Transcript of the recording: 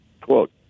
Quote